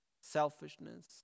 selfishness